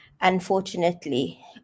unfortunately